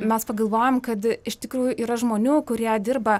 mes pagalvojom kad iš tikrųjų yra žmonių kurie dirba